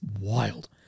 wild